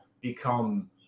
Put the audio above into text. become